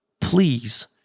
please